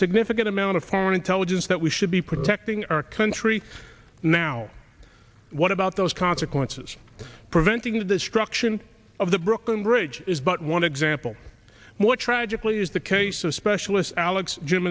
significant amount of foreign intelligence that we should be protecting our country now what about those consequences preventing the destruction of the brooklyn bridge is but one example of what tragically is the case of specialist alex